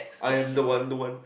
I am the one the one